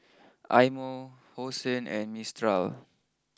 Eye Mo Hosen and Mistral